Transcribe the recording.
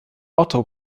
otto